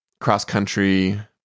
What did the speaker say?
cross-country